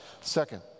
Second